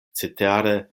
cetere